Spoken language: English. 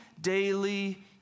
daily